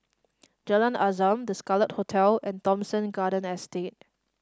Jalan Azam The Scarlet Hotel and Thomson Garden Estate